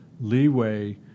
leeway